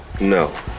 No